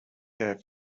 their